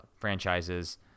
franchises